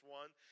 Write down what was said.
one